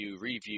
review